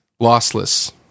Lossless